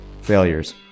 failures